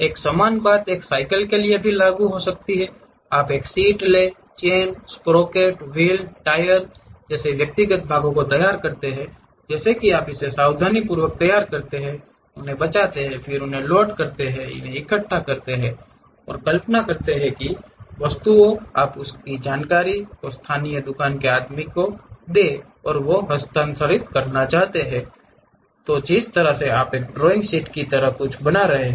एक समान बात एक साइकल के लिए भी होती है आप एक seat chain sprocket wheel tyre व्यक्तिगत भागों को तैयार करते हैं जैसे कि आप इसे सावधानीपूर्वक तैयार करते हैं उन्हें बचाते हैं फिर उन्हें लोड करते हैं उन्हें इकट्ठा करते हैं और कल्पना करते हैं वस्तुओं और आप उस जानकारी को स्थानीय दुकान के आदमी की तरह किसी को हस्तांतरित करना चाहते हैं तो जिस तरह से आप एक ड्राइंग शीट की तरह कुछ बना रहे हैं